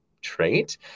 trait